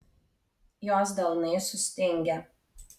jos delnai sustingę